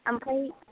ओमफाय